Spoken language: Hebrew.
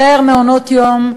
יותר מעונות-יום,